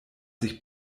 sich